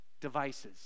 devices